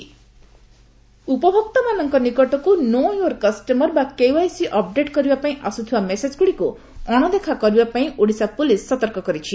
KYC update ଉପଭୋକ୍ତାମାନଙ୍କ ନିକଟକୁ 'know your customer' ବା କେଓ୍ୱାଇସି ଅପଡେଟ୍ କରିବା ପାଇଁ ଆସୁଥିବା ମେସେଜ୍ ଗୁଡ଼ିକୁ ଅଶଦେଖା କରିବାପାଇଁ ଓଡିଶା ପୁଲିସ୍ ସତର୍କ କରିଛି